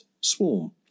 swarm